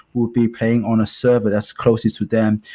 would be playing on a server that's closest to them.